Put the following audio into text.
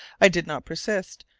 i did not persist,